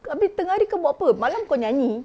habis tengah hari kau buat apa malam kau nyanyi